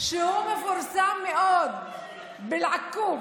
שהוא מפורסם מאוד בעַכּוּבּ.